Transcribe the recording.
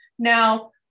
Now